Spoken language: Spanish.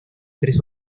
tres